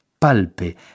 Palpe